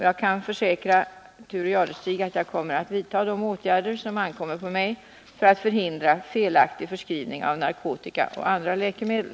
Jag kan försäkra Thure Jadestig att jag kommer att vidta de åtgärder som ankommer på mig för att förhindra felaktig förskrivning av narkotika och andra läkemedel.